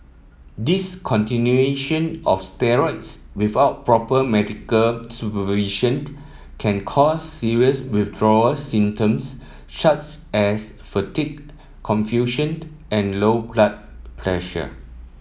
discontinuation of steroids without proper medical supervision can cause serious withdrawal symptoms such as fatigue confusion and low blood pressure